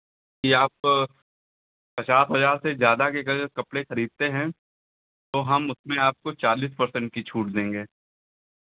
कि आप पचास हज़ार से ज़्यादा के कपड़े खरीदते हैं तो हम उसमें आपको चालीस पर्सेंट की छूट देंगे